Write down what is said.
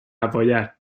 apoyar